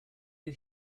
did